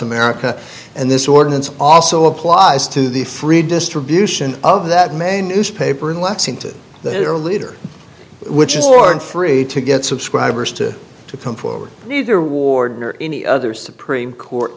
america and this ordinance also applies to the free distribution of that main newspaper in lexington their leader which is lord free to get subscribers to to come forward either warden or any other supreme court